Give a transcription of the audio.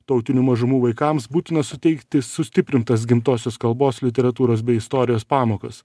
tautinių mažumų vaikams būtina suteikti sustiprintas gimtosios kalbos literatūros bei istorijos pamokas